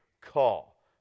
call